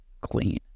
clean